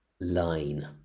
line